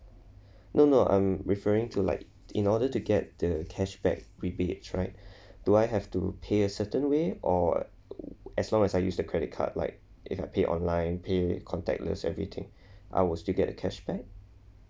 no no I'm referring to like in order to get the cashback rebates right do I have to pay a certain way or as long as I use the credit card like if I pay online pay contactless everything I was to get cashback